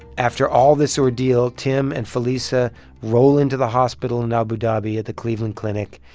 after all this ordeal, tim and felisa roll into the hospital in abu dhabi at the cleveland clinic.